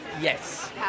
Yes